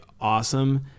awesome